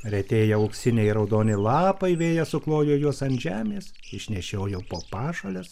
retėja auksiniai raudoni lapai vėjas suklojo juos ant žemės išnešiojo po pašales